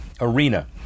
arena